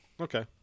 Okay